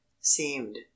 seemed